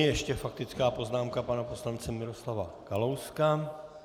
Ještě faktická poznámka pana poslance Miroslava Kalouska.